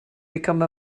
become